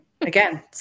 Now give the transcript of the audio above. again